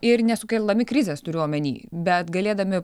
ir nesukeldami krizės turiu omeny bet galėdami